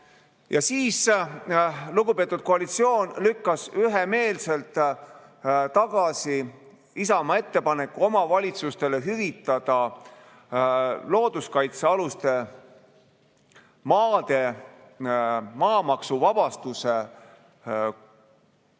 ja siis lugupeetud koalitsioon lükkas üksmeelselt tagasi Isamaa ettepaneku omavalitsustele hüvitada looduskaitsealuste maade maamaksuvabastuse tõttu